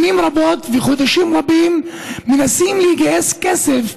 שנים רבות וחודשים רבים מנסים לגייס כסף,